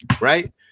Right